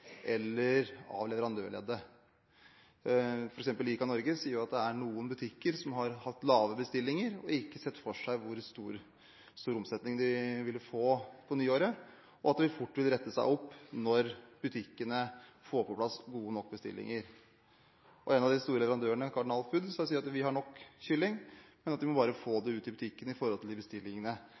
eller av leverandørleddet. ICA Norge sier f.eks. at det er noen butikker som har hatt lave bestillinger og ikke sett for seg hvor stor omsetning de ville få på nyåret, og at det fort vil rette seg når butikkene får på plass gode nok bestillinger. En av de store leverandørene, Cardinal Foods, sier at de har nok kylling, men at de bare må få det ut i butikkene i henhold til de bestillingene